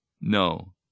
no